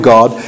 God